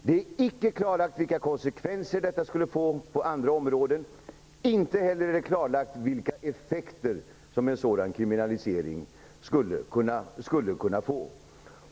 Det är icke klarlagt vilka konsekvenser detta skulle få på andra områden, inte heller vilka effekter som en kriminalisering skulle kunna få.